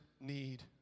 need